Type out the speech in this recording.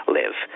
live